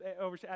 over